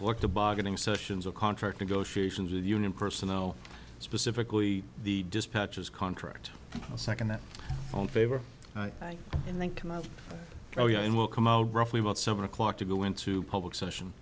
collective bargaining sessions of contract negotiations with union personnel specifically the dispatches contract second on favor and think oh yeah it will come out roughly about seven o'clock to go into public session